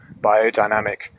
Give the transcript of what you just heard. biodynamic